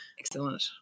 Excellent